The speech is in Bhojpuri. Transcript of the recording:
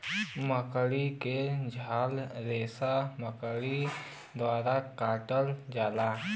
मकड़ी क झाला रेसा मकड़ी द्वारा काटल जाला